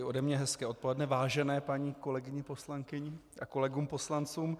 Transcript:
I ode mne hezké odpoledne vážené paní kolegyni poslankyni a kolegům poslancům.